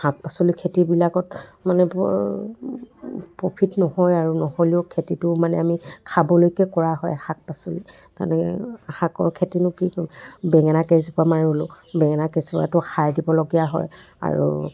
শাক পাচলি খেতিবিলাকত মানে বৰ প্ৰফিট নহয় আৰু নহ'লেও খেতিটো মানে আমি খাবলৈকে কৰা হয় শাক পাচলি শাকৰ খেতিনো কিটো বেঙেনা কেইজোপামান ৰুলোঁ বেঙেনা কেইজোপাতো সাৰ দিবলগীয়া হয় আৰু